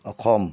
Assam